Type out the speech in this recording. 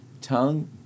tongue